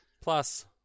plus